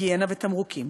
היגיינה ותמרוקים.